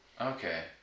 Okay